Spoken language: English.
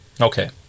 Okay